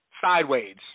sideways